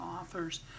authors